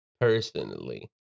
personally